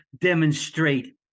demonstrate